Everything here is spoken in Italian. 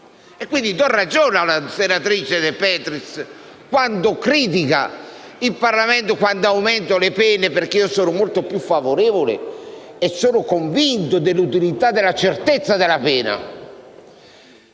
e quindi do ragione alla senatrice De Petris quando critica il Parlamento quando aumenta le pene, perché sono molto più favorevole e convinto dell'utilità della certezza della pena.